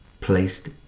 placed